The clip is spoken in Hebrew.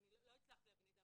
אני לא הצלחתי להבין את זה,